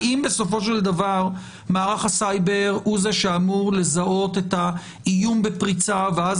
האם בסופו של דבר מערך הסייבר הוא זה שאמור לזהות את האיום בפריצה ואז